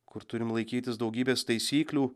kur turim laikytis daugybės taisyklių